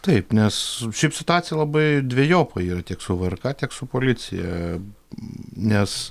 taip nes šiaip situacija labai dvejopa yra tiek su vrk tiek su policija nes